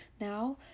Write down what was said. Now